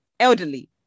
elderly